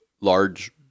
large